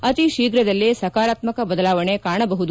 ಅತೀ ಶೀಘ್ರದಲ್ಲೇ ಸಕಾರಾತ್ಮಕ ಬದಲಾವಣೆ ಕಾಣಬಹುದು